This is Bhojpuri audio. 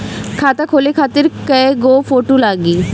खाता खोले खातिर कय गो फोटो लागी?